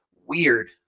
weird